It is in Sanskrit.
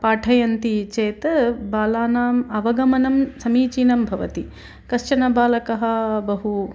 पाठयन्ति चेत् बालानाम् अवगमनं समीचीनं भवति कश्चन बालकाः बहु